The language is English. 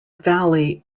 valley